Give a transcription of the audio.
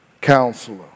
counselor